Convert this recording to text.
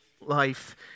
life